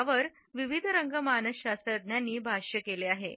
यावर विविध रंग मानसशास्त्रज्ञांनी भाष्य केले आहे